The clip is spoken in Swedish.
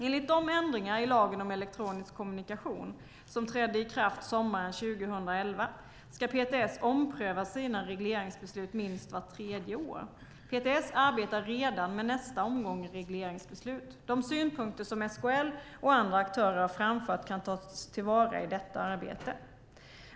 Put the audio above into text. Enligt de ändringar i lagen om elektronisk kommunikation som trädde i kraft sommaren 2011 ska PTS ompröva sina regleringsbeslut minst vart tredje år. PTS arbetar redan med nästa omgång regleringsbeslut. De synpunkter som SKL och andra aktörer har framfört kan tas till vara i detta arbete.